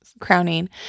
crowning